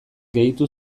gehitu